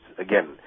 again